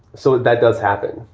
so that does happen.